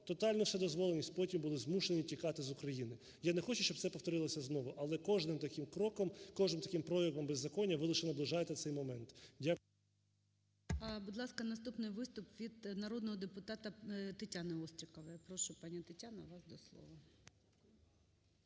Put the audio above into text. тотальну вседозволеність, потім були змушені тікати з України. Я не хочу, щоб це повторилося знову. Але кожним таким кроком, кожним таким проявом беззаконня ви лише наближаєте цей момент. Дякую.